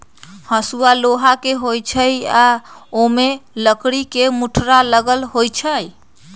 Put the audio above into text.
हसुआ लोहा के होई छई आ ओमे लकड़ी के मुठरा लगल होई छई